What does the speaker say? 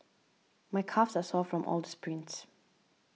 my calves are sore from all the sprints